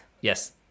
yes